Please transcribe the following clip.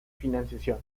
financiación